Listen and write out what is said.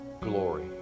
glory